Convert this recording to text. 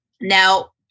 Now